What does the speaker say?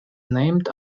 named